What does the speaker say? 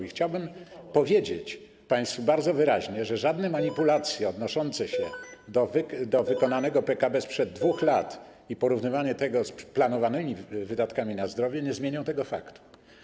I chciałbym powiedzieć państwu bardzo wyraźnie, że żadne manipulacje odnoszące się do wykonanego PKB sprzed 2 lat i porównywanie tego z planowanymi wydatkami na zdrowie nie zmienią tego faktu.